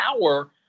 power—